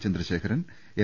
Chandrasekharan M